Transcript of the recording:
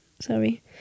Sorry